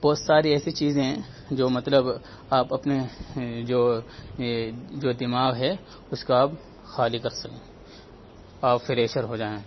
بہت ساری ایسی چیزیں ہیں جو مطلب آپ اپنے جو جو دماغ ہے اس کا اب خالی کر سکیں آپ فریشر ہو جائیں